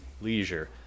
leisure